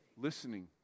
Listening